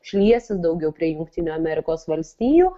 šliesis daugiau prie jungtinių amerikos valstijų